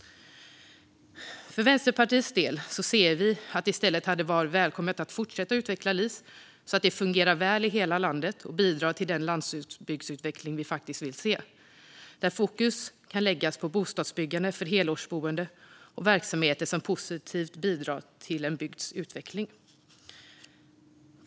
För Vänsterpartiet hade det i stället varit välkommet att fortsätta utveckla LIS så att det fungerar väl i hela landet och bidrar till den landsbygdsutveckling vi faktiskt vill se, där fokus kan läggas på bostadsbyggande för helårsboende och verksamheter som positivt bidrar till en bygds utveckling.